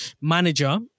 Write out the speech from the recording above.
manager